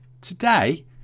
Today